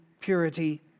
purity